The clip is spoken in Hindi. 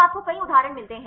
तो आपको कई उदाहरण मिलते हैं